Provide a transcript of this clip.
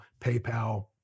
PayPal